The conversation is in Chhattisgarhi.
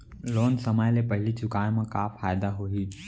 लोन समय ले पहिली चुकाए मा का फायदा होही?